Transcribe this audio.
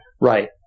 Right